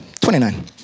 Twenty-nine